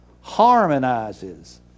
harmonizes